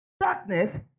Darkness